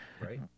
Right